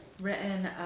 written